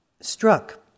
struck